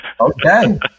Okay